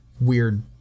weird